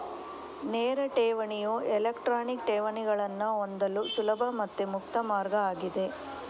ನೇರ ಠೇವಣಿಯು ಎಲೆಕ್ಟ್ರಾನಿಕ್ ಠೇವಣಿಗಳನ್ನ ಹೊಂದಲು ಸುಲಭ ಮತ್ತೆ ಮುಕ್ತ ಮಾರ್ಗ ಆಗಿದೆ